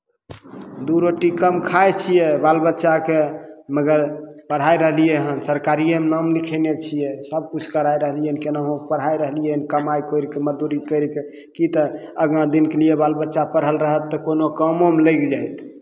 दू रोटी कम खाइ छियै बाल बच्चाकेँ मगर पढ़ाय रहलियै हन सरकारिएमे नाम लिखयने छियै सभकिछु कराय रहलियै हन केनाहु कऽ पढ़ाय रहलियै हन कमाइ करि कऽ मजदूरी करि कऽ की तऽ आगाँ दिनके लिए बाल बच्चा पढ़ल रहत तऽ कोनो कामोमे लागि जायत